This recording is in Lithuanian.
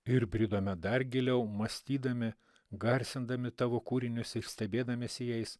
ir bridome dar giliau mąstydami garsindami tavo kūrinius ir stebėdamiesi jais